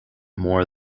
more